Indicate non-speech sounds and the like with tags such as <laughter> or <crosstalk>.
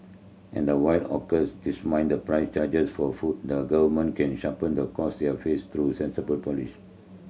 and while hawkers <unintelligible> the price charged for food the Government can <unintelligible> the cost they are face through sensible police